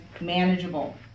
manageable